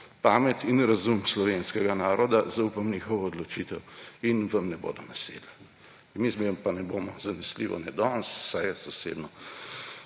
pamet in razum slovenskega naroda, zaupam v njihovo odločitev in vam ne bodo nasedli. Mi vam pa zanesljivo ne danes, vsaj jaz osebno